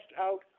out